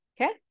Okay